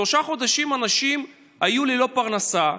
שלושה חודשים אנשים היו ללא פרנסה.